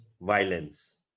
violence